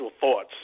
thoughts